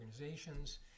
organizations